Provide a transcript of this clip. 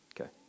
Okay